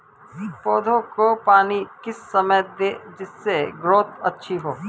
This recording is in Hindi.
पौधे को पानी किस समय दें जिससे ग्रोथ अच्छी हो?